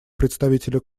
представителя